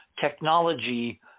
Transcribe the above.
technology